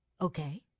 Okay